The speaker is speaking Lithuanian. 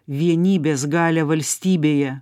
vienybės galią valstybėje